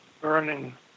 burning